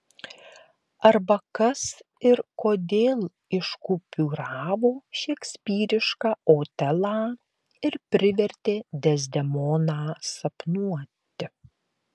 arba kas ir kodėl iškupiūravo šekspyrišką otelą ir privertė dezdemoną sapnuoti